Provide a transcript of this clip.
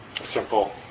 simple